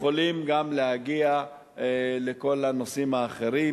יכולים להגיע גם לכל הנושאים האחרים.